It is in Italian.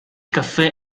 caffè